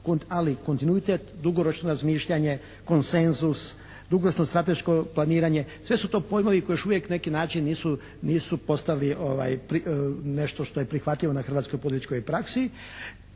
Ali kontinuitet, dugoročno razmišljanje, konsenzus, dugoročno strateško planiranje, sve su to pojmovi koji još uvijek na neki način nisu postali nešto što je prihvatljivo na hrvatskoj političkoj praksi